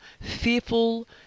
fearful